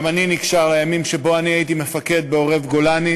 גם אני נקשר לימים שבהם אני הייתי מפקד בעורב גולני,